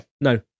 no